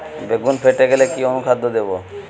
বেগুন ফেটে গেলে কি অনুখাদ্য দেবো?